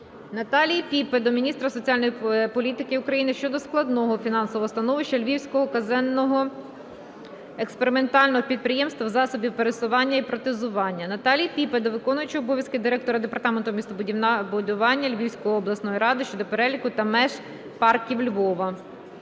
Наталії Піпи до міністра соціальної політики України щодо складного фінансового становища Львівського казенного експериментального підприємства засобів пересування і протезування. Наталії Піпи до виконуючого обов'язки директора департаменту містобудування Львівської міської ради щодо переліку та меж парків Львова.